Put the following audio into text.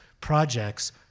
projects